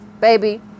baby